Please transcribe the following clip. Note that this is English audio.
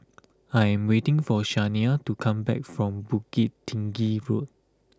I am waiting for Shania to come back from Bukit Tinggi Road